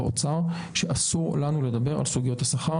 זה צריך להיות במסגרת התקציב